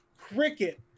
Cricket